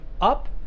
up